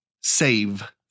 Save